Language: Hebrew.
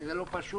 וזה לא פשוט.